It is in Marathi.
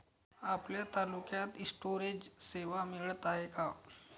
आपल्या तालुक्यात स्टोरेज सेवा मिळत हाये का?